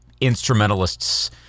instrumentalists